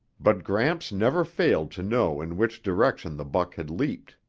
but gramps never failed to know in which direction the buck had leaped.